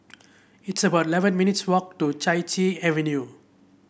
it's about eleven minutes' walk to Chai Chee Avenue